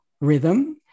rhythm